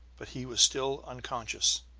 but he was still unconscious.